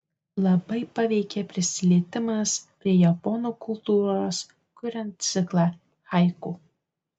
labai paveikė prisilietimas prie japonų kultūros kuriant ciklą haiku